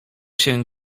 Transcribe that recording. się